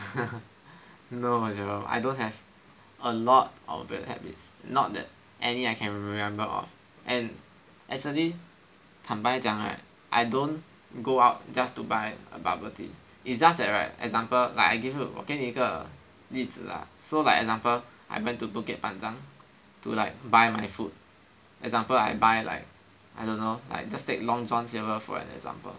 no Jerome I don't have a lot of weird habits not that any I can remember of and actually 坦白讲 right I don't go out just to buy a bubble tea is just that right example like I give you 我给你一个例子 lah so like example I went to Bukit Panjang to like buy my food example I buy like I don't know like just take Long John Silver for example